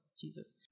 Jesus